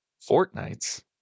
Fortnights